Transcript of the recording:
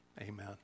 Amen